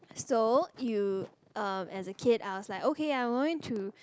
so you uh as a kid I was like okay I'm going to